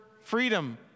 freedom